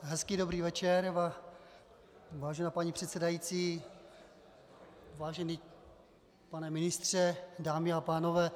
Hezký dobrý večer, vážená paní předsedající, vážený pane ministře, dámy a pánové.